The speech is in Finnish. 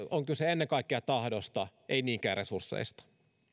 on kyse ennen kaikkea tahdosta ei niinkään resursseista